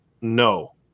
no